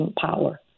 power